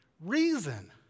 Reason